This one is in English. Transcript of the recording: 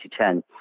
2010